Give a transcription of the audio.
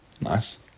Nice